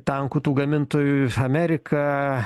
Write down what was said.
tankų tų gamintojų amerika